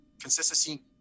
consistency